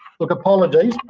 look, apologies.